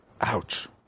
Ouch